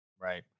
right